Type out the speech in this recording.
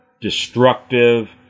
destructive